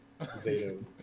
Zato